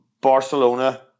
Barcelona